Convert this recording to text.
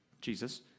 Jesus